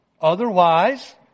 Otherwise